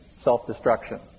self-destruction